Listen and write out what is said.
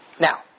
Now